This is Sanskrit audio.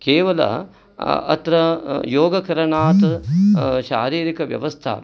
केवलं अत्र योगकरणात् शारीरिकव्यवस्था